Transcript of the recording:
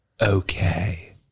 okay